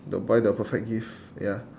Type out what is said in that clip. the buy the perfect gift ya